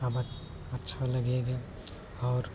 अब अच्छा लगेगा और